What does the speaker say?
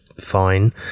fine